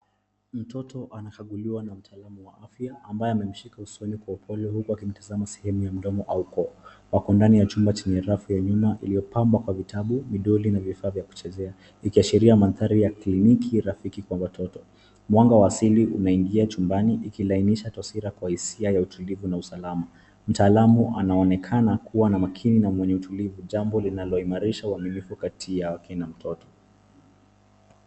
Mtoto anakaguliwa na mtaalamu wa afya ambaye amemshika usoni kwa upole huku amemtazama sehemu ya mdomo au koo. Wako ndani ya chumba chenye rafu ya nyuma iliyopangwa kwa vitabu vidoli na vifaa vya kuchezea ikiashiria mandhari ya cliniki rafiki kwa watoto. Mwanga asili unaingia chumbani ikilainisha taswira kwa hisia ya utulivu na usalama .Mtaalamu anaonekana kuwa na makini na mwenye utulivu jambo linaloimarisha uaminifu kati yake na mtoto